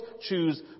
choose